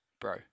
bro